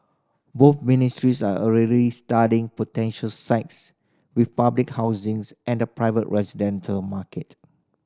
both ministries are already studying potential sites with public housings and the private residential market